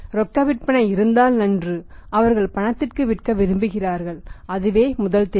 ரொக்க விற்பனை இருந்தால் நன்று அவர்கள் பணத்திற்கு விற்க விரும்புகிறார்கள் அதுவே முதல் தேர்வு